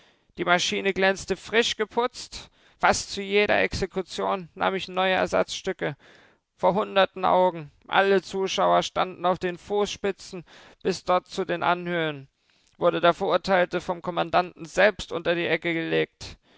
die maschine glänzte frisch geputzt fast zu jeder exekution nahm ich neue ersatzstücke vor hunderten augen alle zuschauer standen auf den fußspitzen bis dort zu den anhöhen wurde der verurteilte vom kommandanten selbst unter die egge gelegt